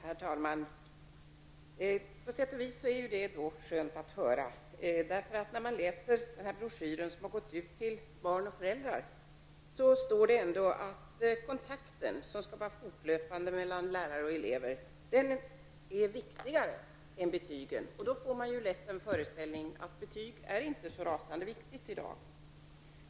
Herr talman! På sätt och vis är detta skönt att höra. I den broschyr som gått ut till barn och föräldrar kan man läsa att den fortlöpande kontakten mellan lärare och elever är viktigare än betygen. Man får lätt då den föreställningen att det i dag inte är så rasande viktigt med betyg.